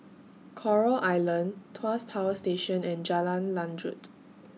Coral Island Tuas Power Station and Jalan Lanjut